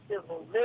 civil